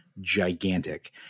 gigantic